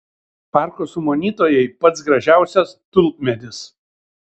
parko sumanytojai pats gražiausias tulpmedis